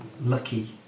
lucky